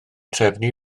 trefnu